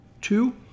Two